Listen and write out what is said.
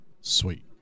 sweet